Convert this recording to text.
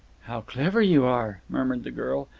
how clever you are, murmured the girl.